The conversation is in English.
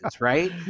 right